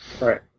Right